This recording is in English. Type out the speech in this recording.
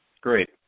Great